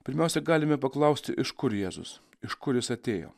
pirmiausia galime paklausti iš kur jėzus iš kur jis atėjo